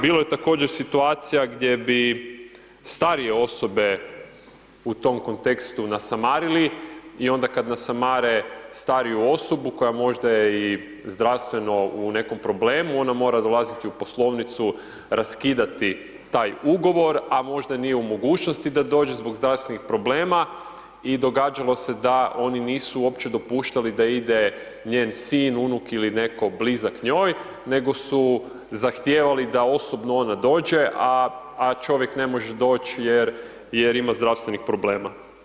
Bilo je također situacija gdje bi starije osobe u tom kontekstu nasamarili i onda kad nasamare stariju osobu koja možda je i zdravstveno u nekom problemu ona mora dolaziti u poslovnicu, raskidati taj ugovor a možda nije u mogućnosti da dođe zbog zdravstvenih problema i događalo se da oni nisu uopće dopuštali da ide njen sin, unuk ili netko blizak njoj, nego su zahtijevali da osobno ona dođe, a čovjek ne može doći jer ima zdravstvenih problema.